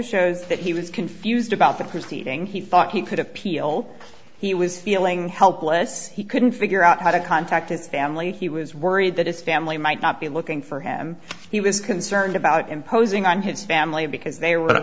shows that he was confused about the proceeding he thought he could appeal he was feeling helpless he couldn't figure out how to contact his family he was worried that his family might not be looking for him he was concerned about imposing on his family because they